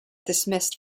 dismissed